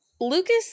lucas